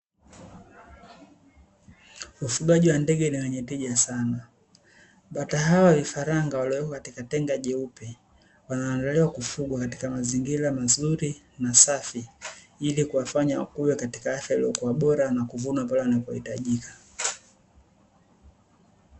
Ufugaji wa ndege na wenye tija sana. Bata hawa vifaranga waliowekwa katika tenga jeupe wanaandaliwa kufugwa katika mazingira mazuri na safi ili kuwafanya wakue katika afya iliyo kuwa bora na kuvunwa pale wanapohitajika